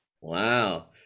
Wow